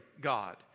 God